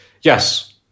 yes